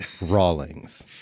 Rawlings